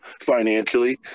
financially